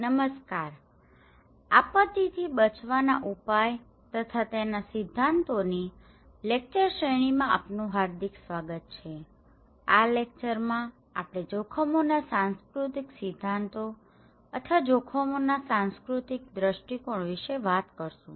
નમસ્કાર આપતી થી બચવાના ઉપાય તથા તેના સિધ્ધાંતો ની લેકચર શ્રેણી માં આપનુ હાર્દિક સ્વાગત છે આ લેકચર માં આપણે જોખમોના સંસ્કૃતિક સિદ્ધાંતો અથવા જોખમો ના સંસ્કૃતિક દ્રષ્ટિકોણ વિશે વાત કરીશુ